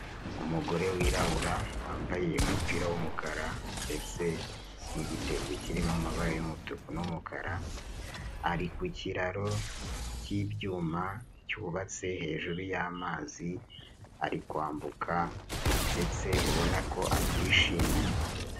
Umugore wirabura wambaye umupira w'umukara ndetse n'igitenge kirimo amabara y'umutuku n'umukara, ari ku kiraro cy'ibyuma cyubatse hejuru y'amazi, ari kwambuka ndetse ubona ko abyishimiye.